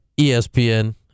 ESPN